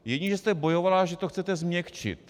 Jedině že jste bojovala, že to chcete změkčit.